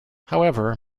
however